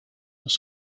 los